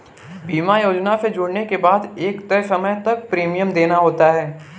बीमा योजना से जुड़ने के बाद एक तय समय तक प्रीमियम देना होता है